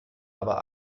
aber